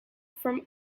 from